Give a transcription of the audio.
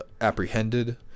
apprehended